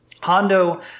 Hondo